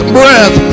breath